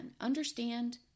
understand